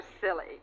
silly